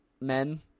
men